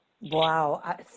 Wow